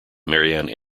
marianne